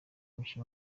umukinnyi